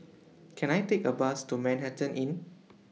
Can I Take A Bus to Manhattan Inn